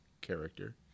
character